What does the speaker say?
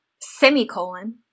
Semicolon